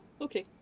okay